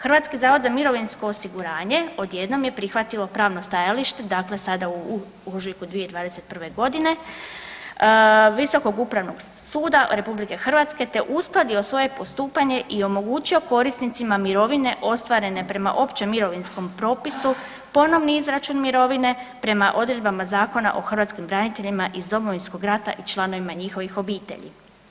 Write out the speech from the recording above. Hrvatski zavod za mirovinsko osiguranje odjednom je prihvatilo pravno stajalište dakle sada u ožujku 2021. godine Visokog upravnog suda Republike Hrvatske te uskladio svoje postupanje i omogućio korisnicima mirovine ostvarenje prema općem mirovinskom propisu ponovni izračun mirovine prema odredbama Zakona o hrvatskim braniteljima iz Domovinskog rata i članovima njihovih obitelji.